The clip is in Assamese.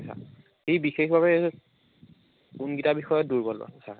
সি বিশেষভাৱে কোনকেইটা বিষয়ত দুৰ্বল বাৰু ছাৰ